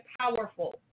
powerful